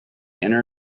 inner